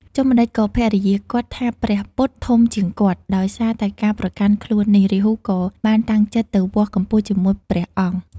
ចុះម្ដេចក៏ភរិយាគាត់ថាព្រះពុទ្ធធំជាងគាត់? ដោយសារតែការប្រកាន់ខ្លួននេះ រាហូក៏បានតាំងចិត្តទៅវាស់កម្ពស់ជាមួយព្រះអង្គ។